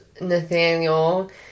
Nathaniel